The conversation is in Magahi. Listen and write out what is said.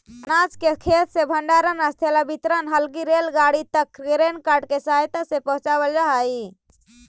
अनाज के खेत से भण्डारणस्थल या वितरण हलगी रेलगाड़ी तक ग्रेन कार्ट के सहायता से पहुँचावल जा हई